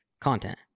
content